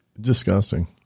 disgusting